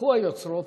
התהפכו היוצרות,